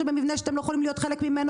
במבנה שאתם לא יכולים להיות חלק ממנו.